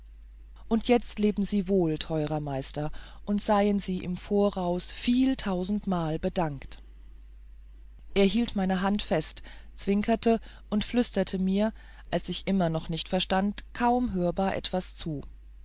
und jetzt leben sie wohl teurer meister und seien sie im voraus viel tausendmal bedankt er hielt meine hand fest zwinkerte und flüsterte mir als ich noch immer nicht verstand kaum hörbar etwas zu